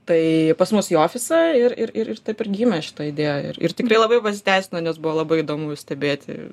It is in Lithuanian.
tai pas mus į ofisą ir ir ir taip ir gimė šita idėja ir ir tikrai labai pasiteisino nes buvo labai įdomu stebėti